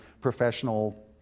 professional